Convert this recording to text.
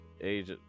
age